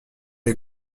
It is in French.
des